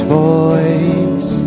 voice